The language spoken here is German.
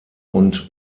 und